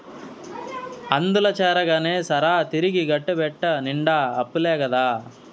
అందుల చేరగానే సరా, తిరిగి గట్టేటెట్ట నిండా అప్పులే కదా